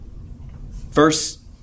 Verse